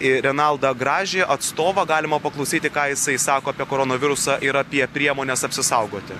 i renaldą gražį atstovą galima paklausyti ką jisai sako apie koronavirusą ir apie priemones apsisaugoti